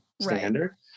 standard